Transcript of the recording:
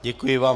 Děkuji vám.